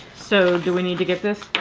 so do we need to get this?